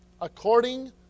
according